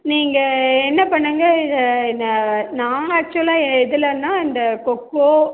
நீங்கள் என்ன பண்ணுங்க நான் ஆக்சுவலாக எதுலேன்னா இந்த கொக்கோ